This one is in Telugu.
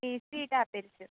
ఈ స్వీట్ ఆపిల్స్